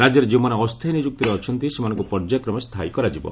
ରାଜ୍ୟରେ ଯେଉଁମାନେ ଅସ୍ଥାୟୀ ନିଯୁକ୍ତିରେ ଅଛନ୍ତି ସେମାନଙ୍କୁ ପର୍ଯ୍ୟାୟକ୍ରମେ ସ୍ଥାୟୀ କରାଯିବ